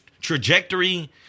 trajectory